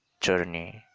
journey